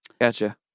Gotcha